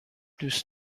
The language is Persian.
دوست